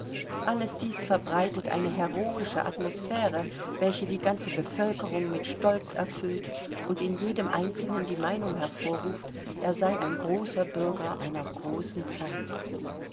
alles dies verbreitet eine heroische atmosphäre welche die ganze bevölkerung mit stolz erfüllt und in jedem einzelnen die meinung hervorruft er sei ein großer bürger einer großen zeit